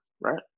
right